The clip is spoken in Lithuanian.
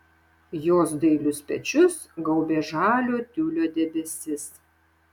jos dailius pečius gaubė žalio tiulio debesis